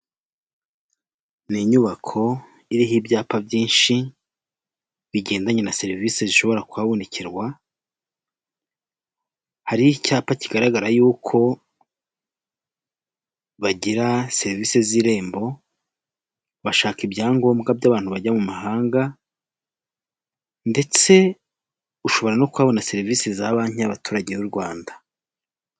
Umuhanda wa kaburimbo cyangwa se w'umukara uri gukoreshwa n'ibinyabiziga bitandukanye, bimwe muri byo ni amagare abiri ahetse abagenzi ikindi nii ikinyabiziga kiri mu ibara ry'umweru cyangwa se ikamyo kikoreye inyuma imizigo bashumikishije itente cyangwa se igitambaro cy'ubururu.